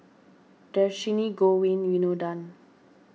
Dhershini Govin Winodan